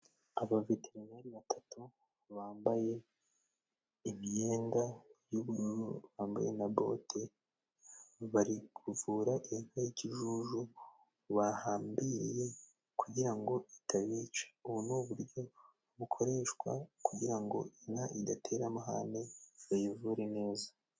Abaveterineri batatu bambaye imyenda y'ubururu bambaye na bote. Bari kuvura inka y'ikijuju, bahambiriye kugirango itabica. Ubu ni uburyo bukoreshwa kugirango inka idatera amahane bayivure neza.